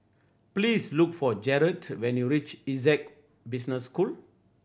please look for Jared when you reach Essec Business School